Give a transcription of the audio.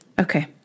Okay